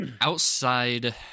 outside